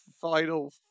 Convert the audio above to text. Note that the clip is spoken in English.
final